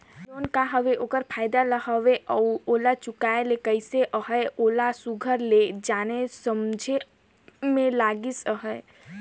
loan का हवे ओकर फएदा का हवे अउ ओला चुकाए ले कइसे अहे ओला सुग्घर ले जाने समुझे में लगिस अहे